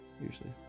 usually